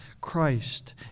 Christ